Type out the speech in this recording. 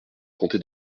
comté